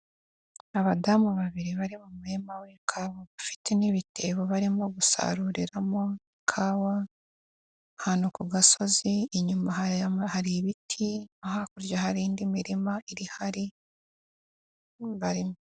Abadamu babiri bari mu murima w'ikawa, bafite n'ibitebo barimo gusaruriramo ikawa, ahantu ku gasozi, inyuma hari ibiti, no hakurya hari indi mirima irihari barimo.